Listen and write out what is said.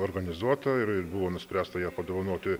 organizuota ir ir buvo nuspręsta ją padovanoti